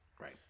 Right